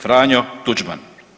Franjo Tuđman.